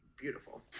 beautiful